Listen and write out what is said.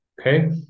Okay